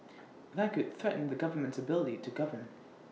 that could threaten the government's ability to govern